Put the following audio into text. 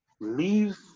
Leave